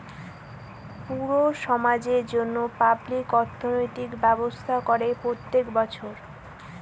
পুরো সমাজের জন্য পাবলিক অর্থনৈতিক ব্যবস্থা করে প্রত্যেক বছর